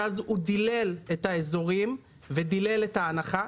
שאז הוא דילל את האזורים ודילל את ההנחה.